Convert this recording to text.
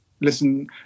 Listen